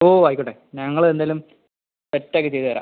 ഓ ആയിക്കോട്ടെ ഞങ്ങള് എന്തായാലും സെറ്റ് ആക്കി ചെയ്ത് തരാം